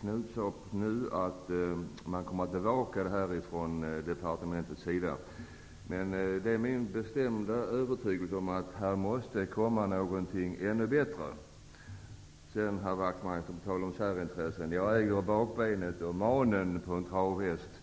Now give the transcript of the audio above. Knut Wachtmeister sade, att man kommer att bevaka detta från departementets sida. Men det är min bestämda övertygelse att det måste komma något ännu bättre. Beträffande det som herr Wachtmeister sade om särintressen, vill jag säga att jag äger bakbenet och manen på en travhäst.